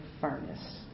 furnace